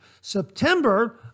September